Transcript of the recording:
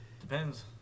Depends